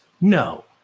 no